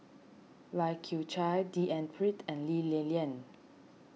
Lai Kew Chai D N Pritt and Lee Li Lian